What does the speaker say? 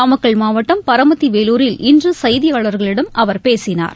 நாமக்கல் மாவட்டம் பரமத்திவேலூரில் இன்று செய்தியாளர்களிடம் அவர் பேசினார்